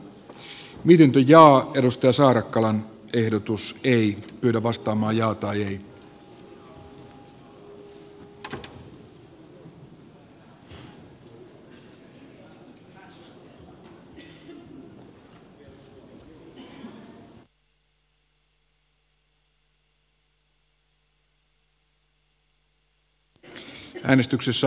syrjintää ei ole sellainen oikeasuhtainen erilainen kohtelu jonka tarkoituksena on tosiasiallisen yhdenvertaisuuden edistäminen taikka syrjinnästä johtuvien haittojen ehkäiseminen tai poistaminen